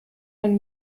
man